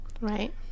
Right